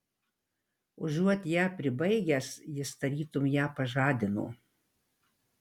užuot ją pribaigęs jis tarytum ją pažadino